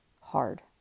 hard